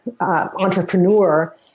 entrepreneur